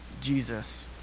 Jesus